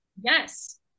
Yes